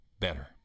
better